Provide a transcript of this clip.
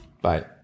Bye